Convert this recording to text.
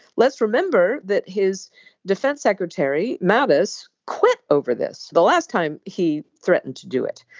let's remember that his defense secretary mabus quit over this the last time he threatened to do it.